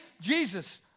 Jesus